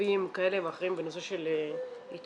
בשלבים כאלה ואחרים בנושא של התמכרות,